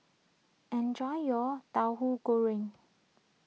enjoy your Tauhu Goreng